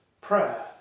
prayer